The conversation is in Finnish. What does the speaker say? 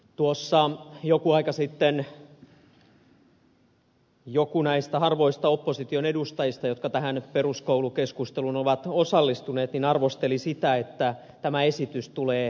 tuossa joku aika sitten joku näistä harvoista opposition edustajista jotka tähän peruskoulukeskusteluun ovat osallistuneet arvosteli sitä että tämä esitys tulee myöhään